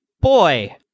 Boy